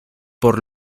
por